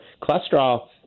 cholesterol